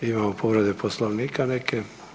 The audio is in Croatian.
Imamo povrede Poslovnika neke.